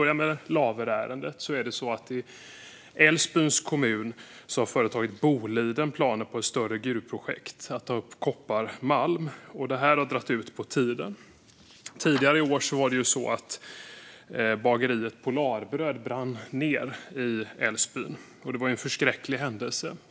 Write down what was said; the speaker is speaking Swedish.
I Laverärendet är det företaget Boliden som har planer på ett större gruvprojekt för att ta upp kopparmalm i Älvsbyns kommun. Det här har dragit ut på tiden. Tidigare i år brann bageriet Polarbröd i Älvsbyn ned. Det var en förskräcklig händelse.